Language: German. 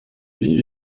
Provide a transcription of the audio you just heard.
wie